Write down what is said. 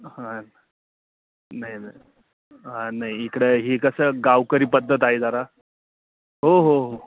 हां नाही नाही हां नाही इकडं ही कसं गावकरी पद्धत आहे जरा हो हो हो